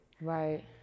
right